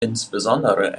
insbesondere